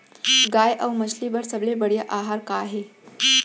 गाय अऊ मछली बर सबले बढ़िया आहार का हे?